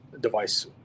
device